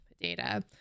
data